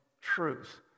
truth